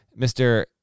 Mr